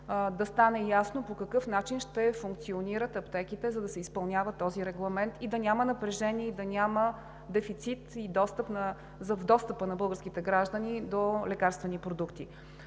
да стане ясно по какъв начин ще функционират аптеките, за да се изпълнява този регламент и да няма напрежение и дефицит за достъпа на българските граждани до български продукти.